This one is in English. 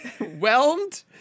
whelmed